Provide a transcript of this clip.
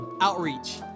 outreach